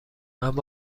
اما